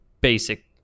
basic